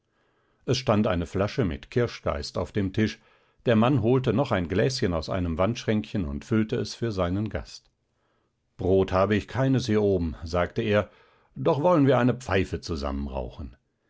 es stand eine flasche mit kirschgeist auf dem tisch der mann holte noch ein gläschen aus einem wandschränkchen und füllte es für seinen gast brot habe ich keines hier oben sagte er doch wollen wir eine pfeife zusammen